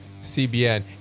CBN